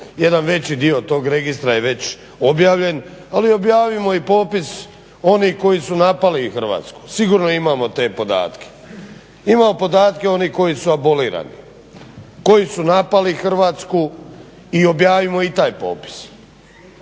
jedan veći dio tog registra je već objavljen, ali objavimo i popis onih koji su napali Hrvatsku. Sigurno imamo te podatke. Imamo podatke onih koji su abolirani, koji su napali Hrvatsku i objavimo i taj popis.